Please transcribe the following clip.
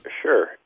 Sure